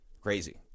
Crazy